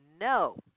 no